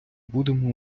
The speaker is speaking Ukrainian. будемо